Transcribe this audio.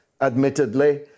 admittedly